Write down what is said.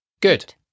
Good